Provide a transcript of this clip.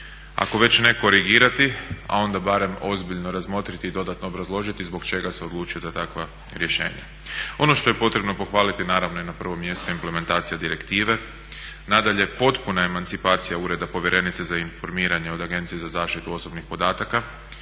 ako već ne korigirati a onda barem ozbiljno razmotriti i dodatno obrazložiti zbog čega se odlučuje za takva rješenja. Ono što je potrebno pohvaliti naravno i na prvom mjestu implementacija direktive, nadalje potpuna emancipacija Ureda povjerenice za informiranje od Agencije za zaštitu osobnih podataka.